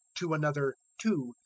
to another two,